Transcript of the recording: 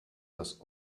das